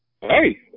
Hey